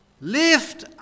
lift